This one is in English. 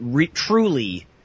truly